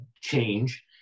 change